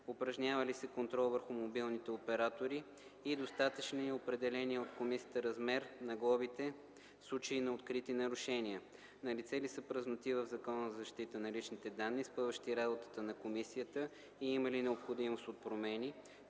упражнява ли се контрол върху мобилните оператори и достатъчен ли е определения от комисията размер на глобите в случай на открити нарушения; налице ли са празноти в Закона за защита на личните данни, спъващи работата на комисията и има ли необходимост от промени;